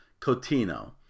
Cotino